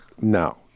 No